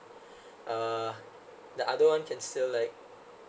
(uh)the other one can still like